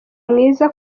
mwiza